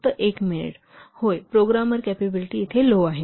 होय programmer capability देखील येथे लो आहे